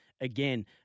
again